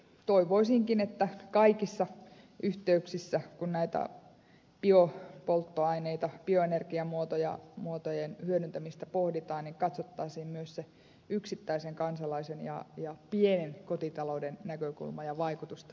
toivoisinkin että kaikissa yhteyksissä kun näitä biopolttoaineita tätä bioenergiamuotojen hyödyntämistä pohditaan niin katsottaisiin myös se yksittäisen kansalaisen ja pienkotitalouden näkökulma ja vaikutus tähän kokonaisuuteen